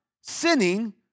Sinning